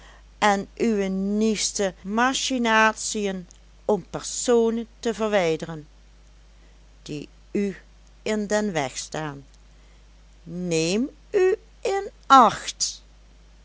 en uwe nieuwste machinatiën om personen te verwijderen die u in den weg staan neem u in acht